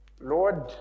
Lord